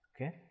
okay